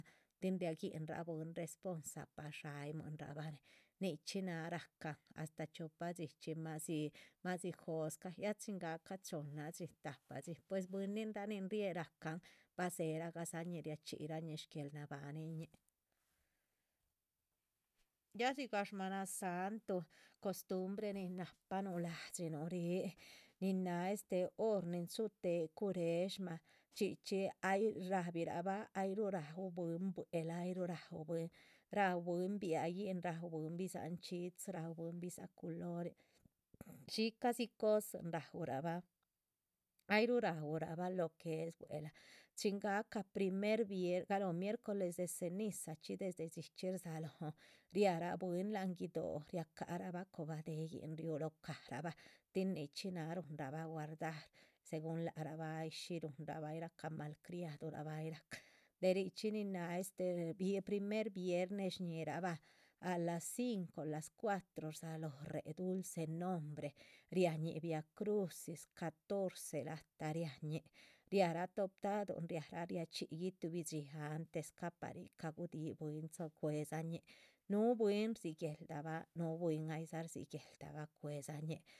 Tin riagihinra bwín responsa par shaymuinra bah, nichxí náha rahcan astáh chiopa dxíchxi mádzi, mádzi jóscah, ya chin gahca chohnna dxí, tahpa dxí, pues. bwíninraa nin riéhe rahcan ba dzéheradza ñin, riachxí yirahñi, shguéhel nabahannñin, ya dzigah shmanasantuh costumbre nin nahpanuuh lahdxinuh rih nin náha este. hor nin chuhutéhe cureshmah, chxí chxí ay rahabirabah, ayruh raú bwín buehla, ayruh raú bwín, raú bwín biayíhn, raú bwín bidzah nchxídzi, ráu bwín bidzáh culorin. shica dzi cosin raura bah ay ruh raurabah lo que es buehla, chin gahca primer viernes, galóho miercoles de ceniza chxí galóh dxíchxi rdzalóhon ria rah bwín. láhan guido´, ria caharabah cobah déhyin riú locah rabah, tin nichxí náha ruhunra bah guardar, segun lac rabah ay shí ruhunrabah ay rahca malcriadurabah ay rahca. de richxí nin náha este vi, primer viernes shñihirabah a las cinco a las cuatro rdzalóho réhe dulce nombre riañíh viacrusis, catorce latah riañih, riarah tobtaduhun. riarah riachxí yih tuhbi dxí antes cah pah rihca gudíhi bwín ca´ cuedzañihin núhu bwín rdzigueldabah nuhu bwín ay dza rdzigueldabah cuéhdza ñih.